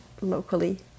locally